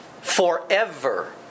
Forever